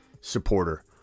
supporter